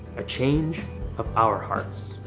a change of our hearts.